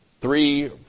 three